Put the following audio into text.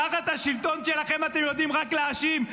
--- תחת השלטון שלכם אתם יודעים רק להאשים.